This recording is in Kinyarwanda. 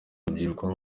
urubyiruko